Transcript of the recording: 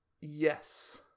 Yes